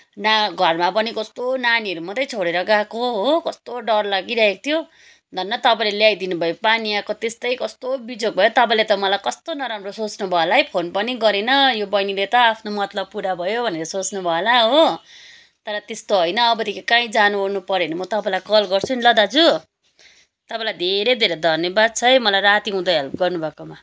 ना घरमा पनि कस्तो नानीहरू मात्रै छोडेर गएको हो कस्तो डर लागिरहेको थियो धन्न तपाईँले ल्याइदिनु भयो पानी आएको त्यस्तै कस्तो बिजोग भयो तपाीईँले त मलाई कस्तो नराम्रो सोच्नुभयो होला है फोन पनि गरेन यो बहिनीले त आफ्नो मतलब पुरा भयो भनेर सोच्नु भयो होला हो तर त्यस्तो होइन अबदेखि कहीँ जानुओर्नु पर्यो भने म तपाईँलाई कल गर्छु नि ल दाजु तपाईँलाई धेरै धेरै धन्यवाद छ है मलाई रातिहुँदो हेल्प गर्नु भएकोमा